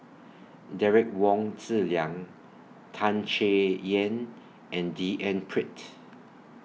Derek Wong Zi Liang Tan Chay Yan and D N Pritt